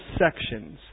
sections